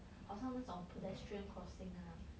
好像那种 pedestrian crossing ah